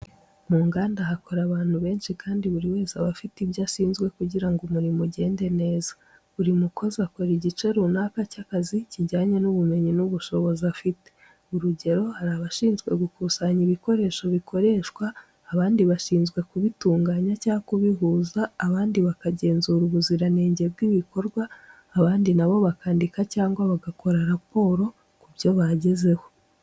Mu nganda, hakora abantu benshi kandi buri wese aba afite ibyo ashinzwe kugira ngo umurimo ugenze neza. Buri mukozi akora igice runaka cy’akazi kijyanye n’ubumenyi n’ubushobozi afite. Urugero, hari abashinzwe gukusanya ibikoresho bikoreshwa, abandi bagashinzwe kubitunganya cyangwa kubihuza, abandi bakagenzura ubuziranenge bw’ibikorwa, abandi na bo bakandika cyangwa bakora raporo ku byo bagezeho.